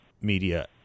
media